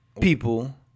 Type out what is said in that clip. people